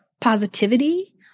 positivity